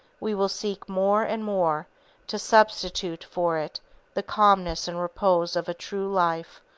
we will seek more and more to substitute for it the calmness and repose of a true life,